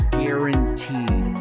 guaranteed